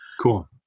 Cool